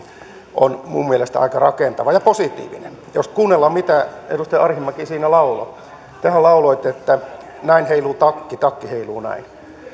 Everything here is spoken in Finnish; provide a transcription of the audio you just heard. on minun mielestäni aika rakentava ja positiivinen jos kuunnellaan mitä edustaja arhinmäki siinä lauloi tehän lauloitte että näin heiluu takki takki heiluu näin